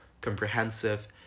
Comprehensive